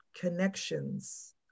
connections